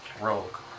rogue